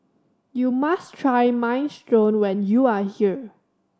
you must try Minestrone when you are here